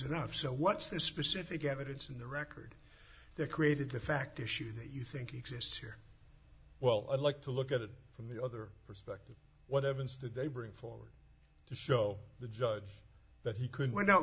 enough so what's this specific evidence in the record there created the fact issue that you think exists here well i'd like to look at it from the other perspective what evidence did they bring forward to show the judge that he could were no